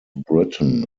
britain